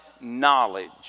knowledge